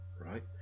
right